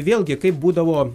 vėlgi kaip būdavo